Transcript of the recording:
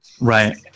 Right